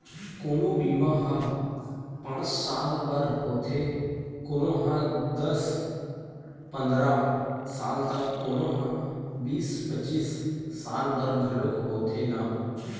कोनो बीमा ह पाँच साल बर होथे, कोनो ह दस पंदरा साल त कोनो ह बीस पचीस साल बर घलोक होथे न